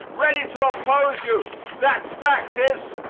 ready to oppose you that fact is,